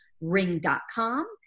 ring.com